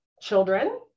children